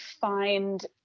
find